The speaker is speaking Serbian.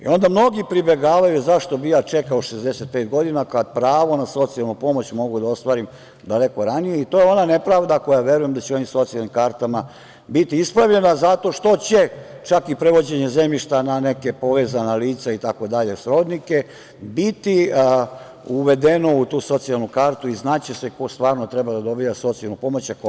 Onda mnogi pribegavaju – zašto bi ja čekao 65 godina, kada pravo na socijalnu pomoć mogu da ostvarim daleko ranije i to je ona nepravda, koja verujem da će onim socijalnim kartama biti ispravljena zato što će čak i prevođenje zemljišta na neka povezana lica, srodnike i tako dalje, biti uvedeno u tu socijalnu kartu i znaće se ko stvarno treba da dobija socijalnu pomoć, a ko ne.